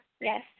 Yes